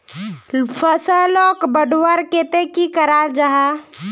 फसलोक बढ़वार केते की करा जाहा?